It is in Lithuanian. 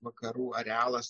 vakarų arealas